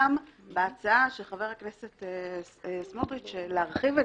גם ההצעה של חבר הכנסת סמוטריץ' להרחיב את